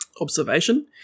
observation